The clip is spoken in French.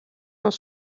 sont